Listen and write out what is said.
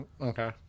Okay